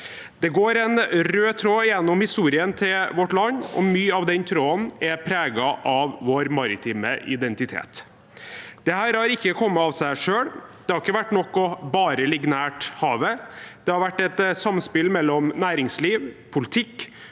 Det går en rød tråd gjennom historien til vårt land, og mye av den tråden er preget av vår maritime identitet. Dette har ikke kommet av seg selv. Det har ikke vært nok bare å ligge nær havet. Det har vært et samspill mellom næringsliv, politikk,